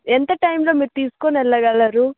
ఎంత టైంలో మీరు తీసుకొని వెళ్ళగలరు